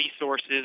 Resources